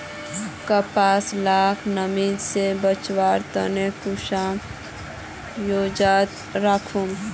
कपास लाक नमी से बचवार केते कुंसम जोगोत राखुम?